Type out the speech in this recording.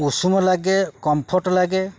ଉଷୁମ ଲାଗେ କମ୍ଫର୍ଟ୍ ଲାଗେ